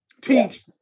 Teach